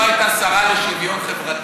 בממשלה הקודמת לא הייתה שרה לשוויון חברתי.